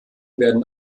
werden